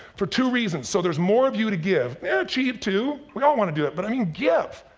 for two reasons. so there's more of you to give, and achieve too, we all wanna do it, but i mean give,